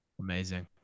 Amazing